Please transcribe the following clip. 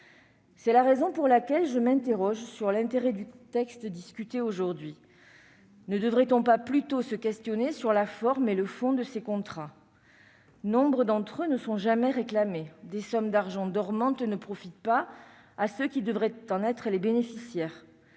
C'est la raison pour laquelle je m'interroge sur l'intérêt du texte discuté aujourd'hui. Ne devrait-on pas plutôt se pencher sur la forme et le fond de ces contrats ? Nombre d'entre eux ne sont jamais réclamés et des sommes d'argent dormant ne profitent pas à ceux qui devraient en être les bénéficiaires.